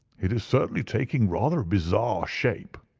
it is certainly taking rather a bizarre shape.